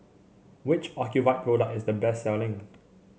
which Ocuvite product is the best selling